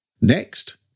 Next